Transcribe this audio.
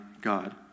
God